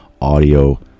audio